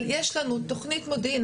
אבל יש לנו תוכנית מודיעין.